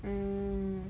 mm